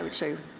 and so